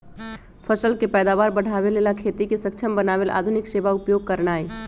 फसल के पैदावार बढ़ाबे लेल आ खेती के सक्षम बनावे लेल आधुनिक सेवा उपयोग करनाइ